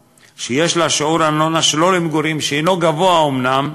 ושיעור הארנונה שלא למגורים לנפש שלה עומד על 0.97,